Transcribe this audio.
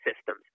systems